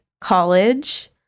college